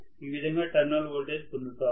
ఈ విధంగా terminal voltage పొందుతాను